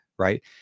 Right